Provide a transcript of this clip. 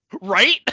Right